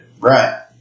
Right